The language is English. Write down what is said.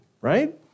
right